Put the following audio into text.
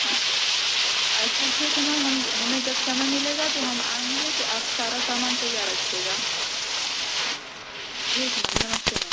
हाँ अच्छा ठीक है मैम हम हमें जब समय मिलेगा तो हम आएँगे तो आप सारा सामान तैयार रखिएगा ठीक है मैम नमस्ते मैम